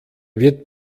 wird